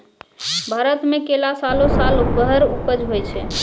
भारत मे केला सालो सालो भर उपज होय छै